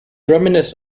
reminisce